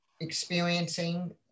experiencing